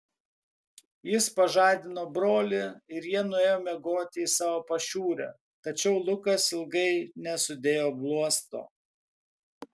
jis pažadino brolį ir jie nuėjo miegoti į savo pašiūrę tačiau lukas ilgai nesudėjo bluosto